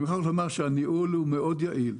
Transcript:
אני מוכרח לומר שהניהול מאוד יעיל.